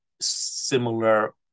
similar